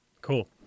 Cool